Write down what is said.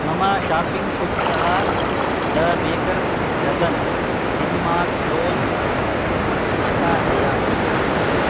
मम शापिङ्ग् सूचीतः the baker's dozen cinnamon rolls निष्कासय